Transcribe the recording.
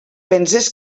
penses